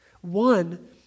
one